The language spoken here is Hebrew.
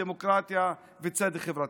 דמוקרטיה וצדק חברתי.